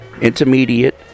intermediate